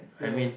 ya